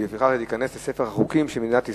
ולפיכך הוא ייכנס לספר החוקים של מדינת ישראל.